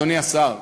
אדוני השר,